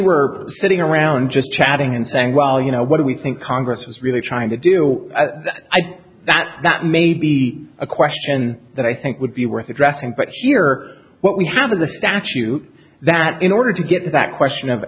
were sitting around just chatting and saying well you know what we think congress is really trying to do that that may be a question that i think would be worth addressing but here are what we have of the statute that in order to get to that question of